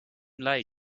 like